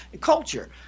culture